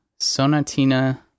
Sonatina